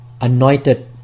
anointed